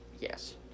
yes